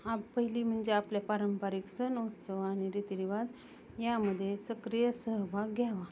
आप पहिली म्हणजे आपल्या पारंपरिक सण उत्सव आणि रीतीरिवाज यामध्ये सक्रिय सहभाग घ्यावा